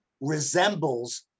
resembles